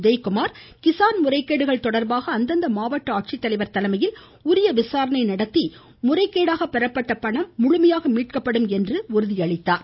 உதயகுமார் கிஸான் முறைகேடுகள் தொடர்பாக அந்தந்த மாவட்ட ஆட்சித்தலைவர் தலைமையில் உரிய விசாரணை நடத்தி முறைகேடாக பெறப்பட்ட பணம் முழுமையாக மீட்கப்படும் என்று உறுதியளித்தார்